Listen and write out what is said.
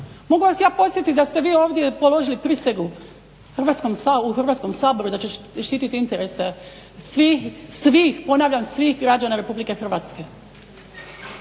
Mogu vas ja podsjetiti da ste vi ovdje položili prisegu u Hrvatskom saboru da ćete štiti interese svih, svih, ponavljam svih građana RH. Vi zapravo